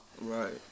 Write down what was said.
Right